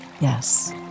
Yes